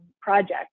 project